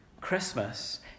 Christmas